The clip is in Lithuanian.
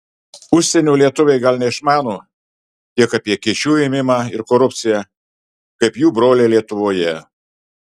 užsienio lietuviai gal neišmano tiek apie kyšių ėmimą ir korupciją kaip jų broliai lietuvoje